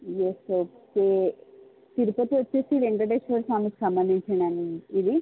yes yes okay Tirupati వచ్చి వెంటేశ్వర స్వామికి సంబంధించింది అండి ఇది